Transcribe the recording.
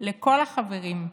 לכל החברים: